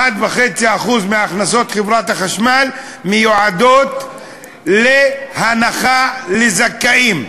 1.5% מהכנסות חברת החשמל מיועדות להנחה לזכאים.